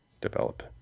develop